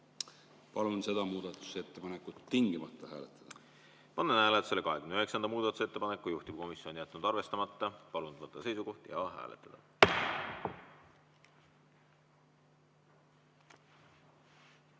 Palun seda muudatusettepanekut tingimata hääletada. Panen hääletusele 29. muudatusettepaneku. Juhtivkomisjon on jätnud arvestamata. Palun võtta seisukoht ja hääletada!